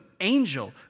Angel